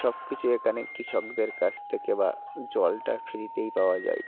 সব কিছু এখানে কৃষকদের কাছ থেকে বা জলটা ফ্রিতেই পাওয়া যায়